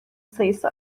sayısı